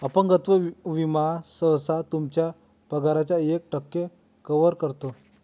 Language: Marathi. अपंगत्व विमा सहसा तुमच्या पगाराच्या एक टक्के कव्हर करतो